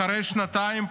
אחרי שנתיים,